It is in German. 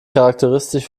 charakteristisch